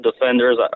defenders